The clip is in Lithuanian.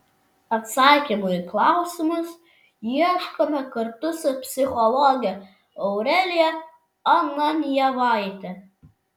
atsakymų į klausimus ieškome kartu su psichologe aurelija ananjevaite